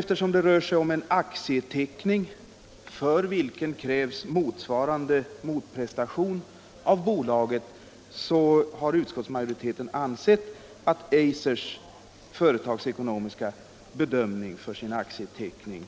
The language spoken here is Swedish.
Eftersom det rör sig om en aktieteckning för vilken krävs motsvarande motprestation av bolaget, har utskottsmajoriteten ansett att AB Eisers företagsekonomiska bedömning för sin aktieteckning